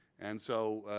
and so,